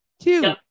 Two